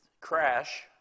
crash